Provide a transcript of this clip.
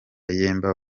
yemba